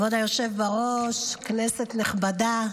כבוד היושב-ראש, כנסת נכבדה,